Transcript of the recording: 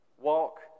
Walk